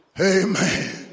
Amen